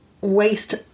Waste